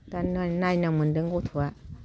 दा ना नाइन आव मोनदों गथ'आ